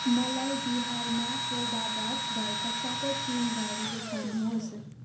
मलाई बिहारमा कोबोभ्याक्स भएका सबै केन्द्रहरू देखाउनुहोस्